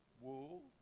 wool